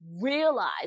realize